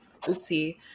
oopsie